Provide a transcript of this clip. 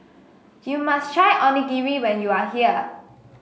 you must try Onigiri when you are here